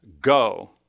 go